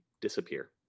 disappear